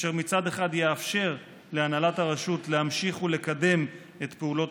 אשר מצד אחד יאפשר להנהלת הרשות להמשיך ולקדם את פעולות